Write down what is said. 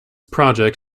project